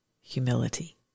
humility